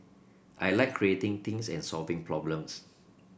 I like creating things and solving problems